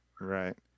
right